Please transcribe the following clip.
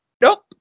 nope